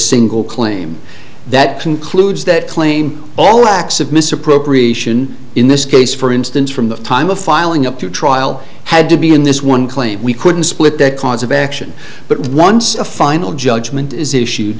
single claim that concludes that claim all acts of misappropriation in this case for instance from the time of filing up to trial had to be in this one claim we couldn't split that cause of action but once a final judgment is issue